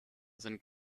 sind